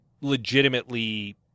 legitimately